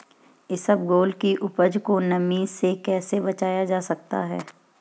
इसबगोल की उपज को नमी से कैसे बचाया जा सकता है?